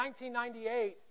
1998